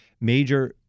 major